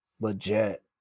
legit